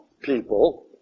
people